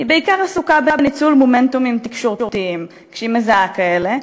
היא בעיקר עסוקה בניצול מומנטומים תקשורתיים כשהיא מזהה כאלה,